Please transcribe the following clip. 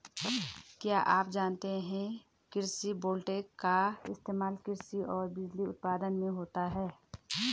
क्या आप जानते है कृषि वोल्टेइक का इस्तेमाल कृषि और बिजली उत्पादन में होता है?